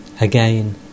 Again